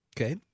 Okay